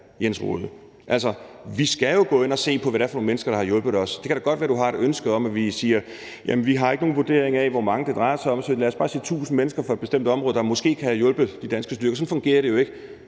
Jens Rohde. Altså, vi skal jo gå ind og se på, hvad det er for nogle mennesker, der har hjulpet os. Det kan da godt være, at du har et ønske om, at vi siger, at vi ikke har nogen vurdering af, hvor mange det drejer sig om, så lad os bare sige 1.000 mennesker fra et bestemt område, der måske kan have hjulpet de danske styrker. Sådan fungerer det jo ikke.